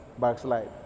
Backslide